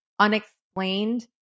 unexplained